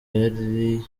yari